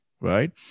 right